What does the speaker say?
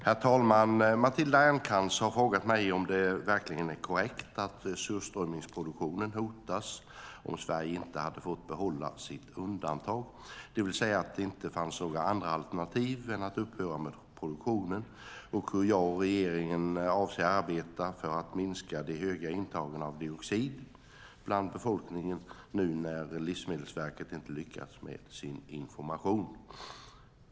Herr talman! Matilda Ernkrans har frågat mig om det verkligen är korrekt att surströmmingsproduktionen hade hotats om Sverige inte hade fått behålla sitt undantag, det vill säga att det inte fanns några andra alternativ än att upphöra med produktionen, och hur jag och regeringen avser att arbeta för att minska de höga intagen av dioxin bland befolkningen nu när Livsmedelsverket inte lyckats med sin information.